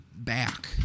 Back